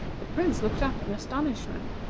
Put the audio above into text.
the prince looked up in astonishment,